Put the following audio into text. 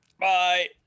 Bye